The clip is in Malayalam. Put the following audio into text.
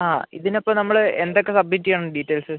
ആ ഇതിന് അപ്പം നമ്മള് എന്തൊക്ക സബ്മിറ്റ് ചെയ്യണം ഡീറ്റെയിൽസ്